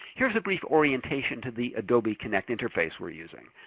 here's a brief orientation to the adobe connect interface we're using.